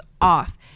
off